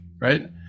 right